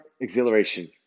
exhilaration